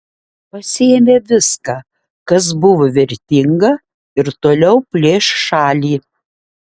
pasiėmė viską kas buvo vertinga ir toliau plėš šalį